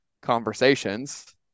conversations